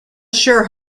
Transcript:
sure